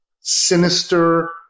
sinister